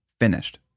finished